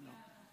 לא, לא.